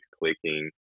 clicking